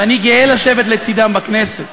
ואני גאה לשבת לצדם בכנסת.